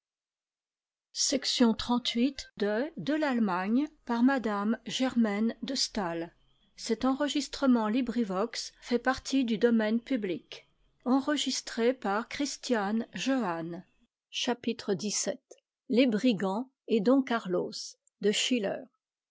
les brigands et don carlos de schiller